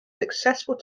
successful